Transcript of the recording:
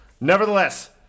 Nevertheless